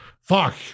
fuck